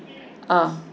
uh